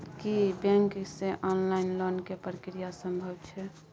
की bank से online loan के प्रक्रिया संभव छै?